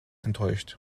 enttäuscht